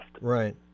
right